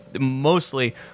mostly